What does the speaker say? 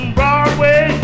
Broadway